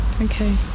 okay